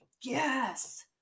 Yes